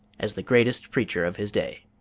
as the greatest preacher of his day.